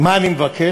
מה אני מבקש.